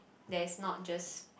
there is not just